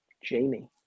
Jamie